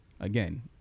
Again